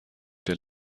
der